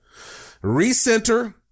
recenter